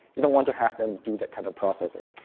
you don't want to have them do that kind of processing.